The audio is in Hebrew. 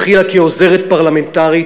היא התחילה כעוזרת פרלמנטרית,